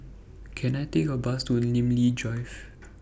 Can I Take A Bus to Namly Drive